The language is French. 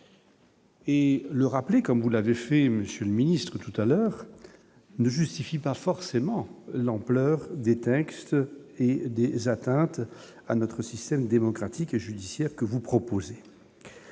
Et le rappeler, comme vous l'avez fait monsieur le ministre tout à l'heure ne justifie pas forcément l'ampleur des textes et des atteintes à notre système démocratique et judiciaire que vous proposez.